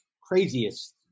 craziest